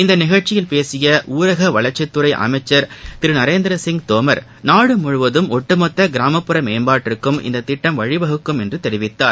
இந்த நிகழ்ச்சியில் பேசிய ஊரக வளர்ச்சித்துறை அமைச்சர் திரு நரேந்திர சிங் தோமர் நாடு முழுவதும் ஒட்டுமொத்த கிராமப்புற மேம்பாட்டிற்கும் இத்திட்டம் வழிவகுக்கும் என்று தெரிவித்தார்